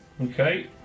Okay